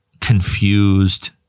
confused